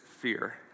fear